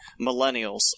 Millennials